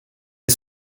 est